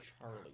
Charlie